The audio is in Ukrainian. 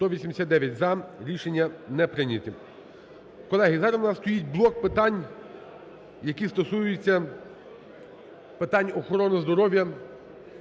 За-189 Рішення не прийнято. Колеги, зараз у нас стоїть блок питань, які стосуються питань охорони здоров'я